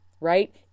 right